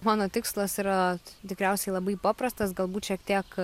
mano tikslas yra tikriausiai labai paprastas galbūt šiek tiek